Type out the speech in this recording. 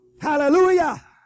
hallelujah